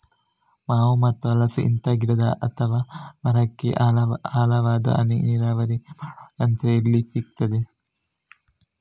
ಮಾವು ಮತ್ತು ಹಲಸು, ಇಂತ ಗಿಡ ಅಥವಾ ಮರಕ್ಕೆ ಆಳವಾದ ಹನಿ ನೀರಾವರಿ ಮಾಡುವ ಯಂತ್ರ ಎಲ್ಲಿ ಸಿಕ್ತದೆ?